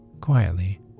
quietly